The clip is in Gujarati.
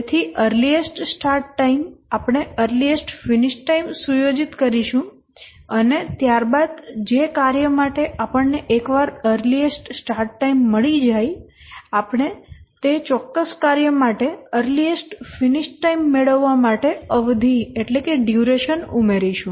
તેથી અર્લીએસ્ટ સ્ટાર્ટ ટાઈમ આપણે અર્લીએસ્ટ ફિનિશ ટાઈમ સુયોજિત કરીશું અને ત્યારબાદ જે કાર્ય માટે આપણને એકવાર અર્લીએસ્ટ સ્ટાર્ટ ટાઈમ મળી જાય આપણે તે ચોક્કસ કાર્ય માટે અર્લીએસ્ટ ફિનિશ ટાઈમ મેળવવા માટે અવધિ ઉમેરીશું